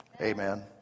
amen